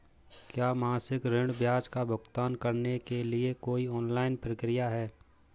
क्या मासिक ऋण ब्याज का भुगतान करने के लिए कोई ऑनलाइन प्रक्रिया है?